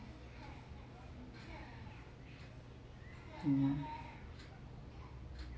mm